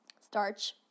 starch